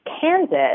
Kansas